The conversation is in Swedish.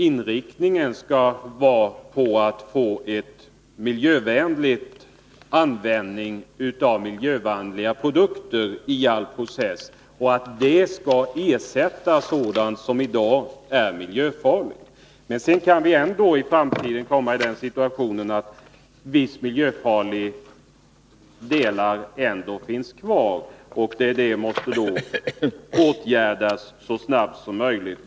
Inriktningen skall vara att få en miljövänlig användning av miljövänliga produkter i alla processer. De skall ersätta sådant som i dag är miljöfarligt. Vi kan ändå i framtiden hamna i den situationen att vissa miljöfarliga delar finns kvar, och de måste då åtgärdas så snabbt som möjligt.